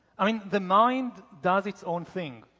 i mean the mind does its own thing.